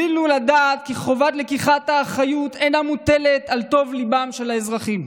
עלינו לדעת כי חובת לקיחת האחריות אינה מוטלת על טוב ליבם של האזרחים.